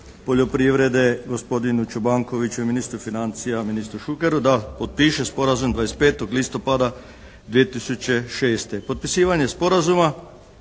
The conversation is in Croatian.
poljoprivrede, gospodinu Čobankoviću i ministru financija, ministru Šukeru da potpiše sporazum 25. listopada 2006.